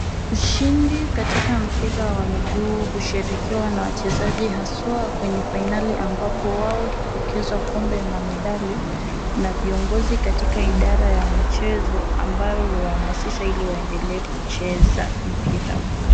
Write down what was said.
Ushindi katika mpira wa miguu husherekewa na wachezaji haswaa kwenye finale ambapo wao hupokezwa kombe na medali na viongozi katika idara ya michezo ambayo huwamasisha ili waendelee kucheza mpira.